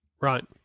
Right